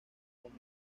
cómo